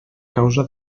causa